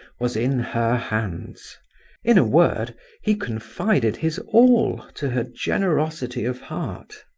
was in her hands in a word, he confided his all to her generosity of heart.